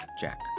Jack